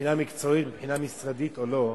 מבחינה מקצועית, מבחינה משרדית, או לא.